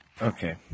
Okay